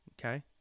okay